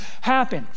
happen